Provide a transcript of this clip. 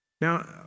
Now